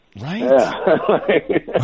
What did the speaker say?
right